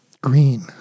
Green